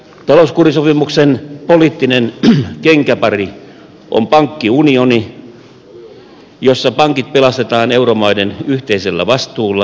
talouskurisopimuksen poliittinen kenkäpari on pankkiunioni jossa pankit pelastetaan euromaiden yhteisellä vastuulla